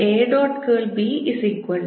A